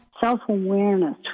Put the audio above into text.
self-awareness